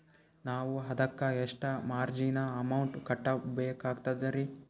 ನಾವು ಅದಕ್ಕ ಎಷ್ಟ ಮಾರ್ಜಿನ ಅಮೌಂಟ್ ಕಟ್ಟಬಕಾಗ್ತದ್ರಿ?